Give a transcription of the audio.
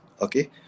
Okay